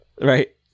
Right